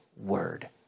word